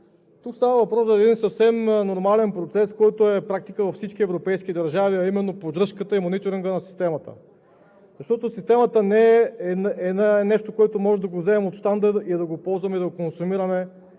Тук става въпрос за един съвсем нормален процес, който е практика във всички европейски държави, а именно поддръжката и мониторингът на системата. Системата не е нещо, което можем да го вземем от щанда и да го ползваме, да го консумираме